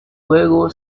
juego